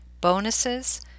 bonuses